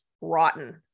rotten